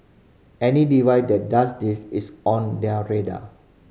any device that does this is on their radar